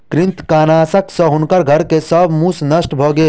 कृंतकनाशक सॅ हुनकर घर के सब मूस नष्ट भ गेल